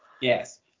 Yes